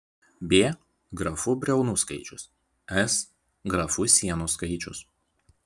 b grafų briaunų skaičius s grafų sienų skaičius